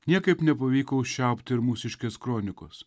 niekaip nepavyko užčiaupti ir mūsiškės kronikos